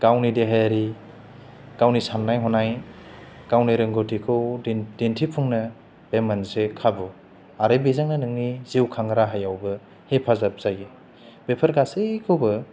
गावनि देहायारि गावनि साननाय हनाय गावनि रोंगथिखौ दिन दिन्थिफुंनो बे मोनसे खाबु आरो बेजोंनो नोंनि जिउखां राहायावबो हेफाजाब जायो बेफोर गासैखौबो